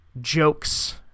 jokes